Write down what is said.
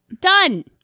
Done